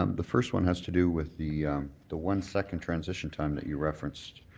um the first one has to do with the the one-second transition time that you referenced.